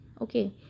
okay